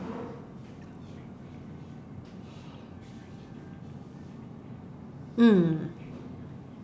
mm